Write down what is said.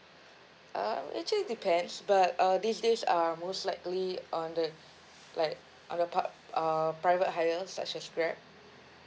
uh actually depends but uh these days I'll most likely on the like on the part uh private hire such as Grab